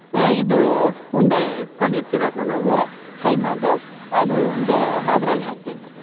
ಇದು ಉಂಡೆ ಇಟ್ಕೊಂಡಿರ್ತೀವಲ್ಲಾ ನಾವು ಕೈಮಾದು ಅದು ಉಂಡೆ ಅದ್ರಲ್ಲಿ ಹಾಕ್ಬೇಕು